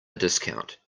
discount